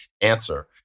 answer